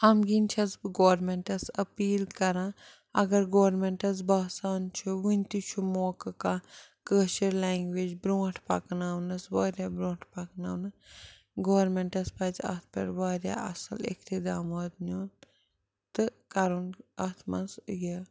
اَمہِ کِنۍ چھَس بہٕ گورمٮ۪نٛٹَس أپیٖل کَران اگر گورمٮ۪نٛٹَس باسان چھُ وٕنہِ تہِ چھُ موقعہٕ کانٛہہ کٲشٕر لٮ۪نٛگویج برٛونٛٹھ پَکناونَس واریاہ برٛونٛٹھ پَکناونہٕ گورمٮ۪نٛٹَس پَزِ اَتھ پٮ۪ٹھ واریاہ اَصٕل اِقتِدامات نیُن تہٕ کَرُن اَتھ منٛز یہِ